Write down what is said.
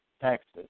taxes